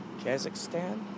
Kazakhstan